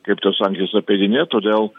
kaip tas sankcijas apeidinėt todėl